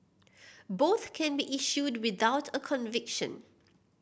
both can be issued without a conviction